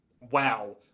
wow